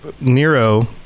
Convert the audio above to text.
Nero